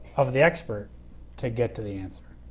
of the expert to get to the answer.